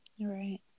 right